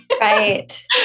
Right